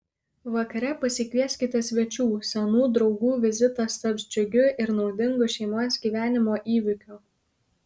vakare pasikvieskite svečių senų draugų vizitas taps džiugiu ir naudingu šeimos gyvenimo įvykiu